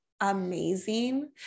amazing